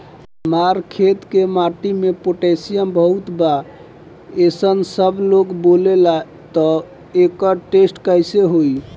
हमार खेत के माटी मे पोटासियम बहुत बा ऐसन सबलोग बोलेला त एकर टेस्ट कैसे होई?